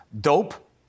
dope